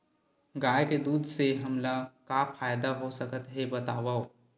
गाय के दूध से हमला का का फ़ायदा हो सकत हे बतावव?